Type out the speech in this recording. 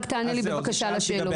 רק תענה לי בבקשה על השאלות.